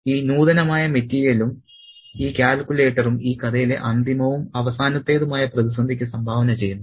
ഈ നൂതനമായ മെറ്റീരിയലും ഈ കാൽക്കുലേറ്ററും ഈ കഥയിലെ അന്തിമവും അവസാനത്തെതുമായ പ്രതിസന്ധിക്ക് സംഭാവന ചെയ്യുന്നു